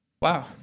Wow